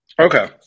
Okay